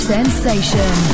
Sensation